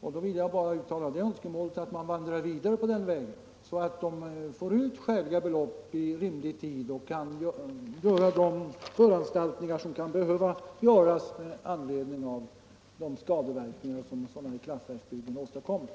Då vill jag bara uttala det önskemålet, att man bör vandra vidare på den inslagna vägen, så att sakägarna får ut skäliga belopp i rimlig tid och kan göra de föranstaltningar som kan behöva vidtas med anledning av de skadeverkningar som sådana här kraftverksbyggen åstadkommer.